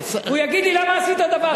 והוא יגיד לי: למה עשית דבר כזה.